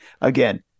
again